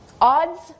Odds